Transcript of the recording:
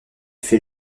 fait